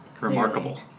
Remarkable